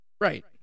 Right